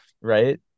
right